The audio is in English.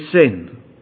sin